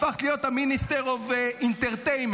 הפכת להיות ה-Minister of Entertainment,